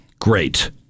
Great